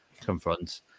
confront